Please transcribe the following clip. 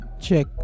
Check